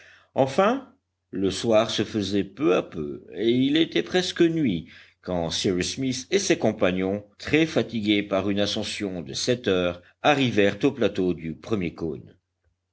enfin le soir se faisait peu à peu et il était presque nuit quand cyrus smith et ses compagnons très fatigués par une ascension de sept heures arrivèrent au plateau du premier cône